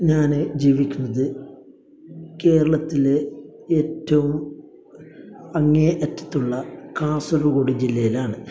ഞാൻ ജീവിക്കുന്നത് കേരളത്തിലെ ഏറ്റവും അങ്ങേ അറ്റത്തുള്ള കാസർഗോഡ് ജില്ലയിലാണ്